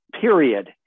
Period